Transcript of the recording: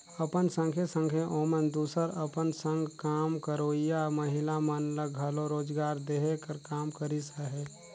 अपन संघे संघे ओमन दूसर अपन संग काम करोइया महिला मन ल घलो रोजगार देहे कर काम करिस अहे